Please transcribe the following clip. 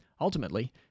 Ultimately